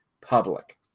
public